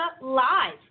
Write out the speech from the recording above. Live